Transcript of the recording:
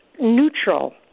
neutral